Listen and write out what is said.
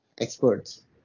experts